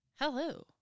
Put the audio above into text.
Hello